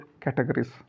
categories